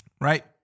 Right